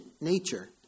nature